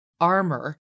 armor